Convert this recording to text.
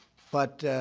but,